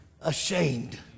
ashamed